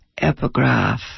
epigraph